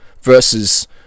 versus